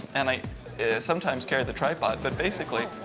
and i sometimes carry the tripod, but basically,